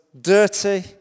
dirty